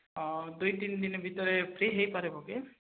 ଦୁଇ ତିନି ଦିନି ଭିତରେ ଫ୍ରୀ ହୋଇପାରିବ କି